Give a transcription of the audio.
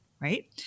right